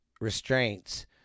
restraints